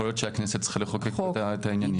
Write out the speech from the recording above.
יכול להיות שהכנסת צריכה לחוקק את העניין הזה.